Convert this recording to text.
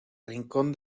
rincón